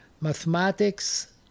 Mathematics